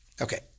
Okay